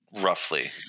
roughly